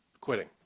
quitting